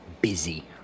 busy